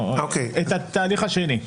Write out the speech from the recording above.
את התהליך השני.